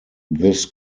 this